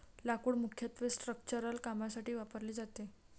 लाकूड मुख्यत्वे स्ट्रक्चरल कामांसाठी वापरले जाते